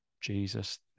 Jesus